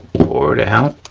pour it out,